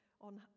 on